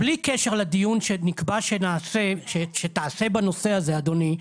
בלי קשר לדיון שתעשה בנושא הזה, אדוני,